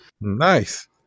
Nice